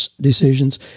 decisions